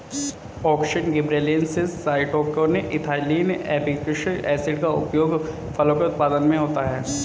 auxin, gibberellins, cytokinin, ethylene, abscisic acid का उपयोग फलों के उत्पादन में होता है